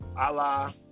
Allah